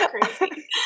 crazy